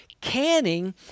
Canning